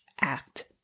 act